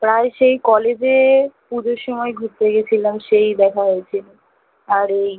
প্রায় সেই কলেজে পুজোর সময় ঘুরতে গেছিলাম সেই দেখা হয়েছিলো আর এই